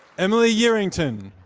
emily yerington